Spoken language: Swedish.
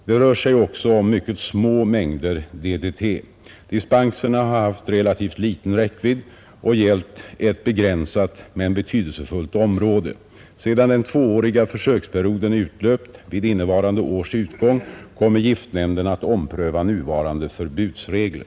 Det rör sig också om mycket små mängder DDT. Dispenserna har haft relativt liten räckvidd och gällt ett begränsat men betydelsefullt område. Sedan den tvååriga försöksperioden utlöpt vid innevarande års utgång kommer giftnämnden att ompröva nuvarande förbudsregler.